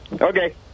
Okay